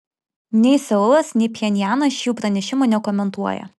nei seulas nei pchenjanas šių pranešimų nekomentuoja